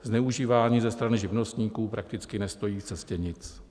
Zneužívání ze strany živnostníků prakticky nestojí v cestě vůbec nic.